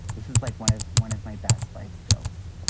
this is like one of one of my best life skills.